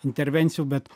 intervencijų bet